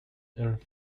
and